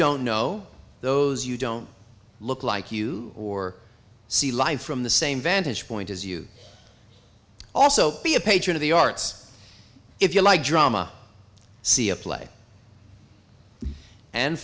don't know those you don't look like you or see life from the same vantage point as you also be a patron of the arts if you like drama see a play and